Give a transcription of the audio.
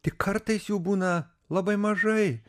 tik kartais jų būna labai mažai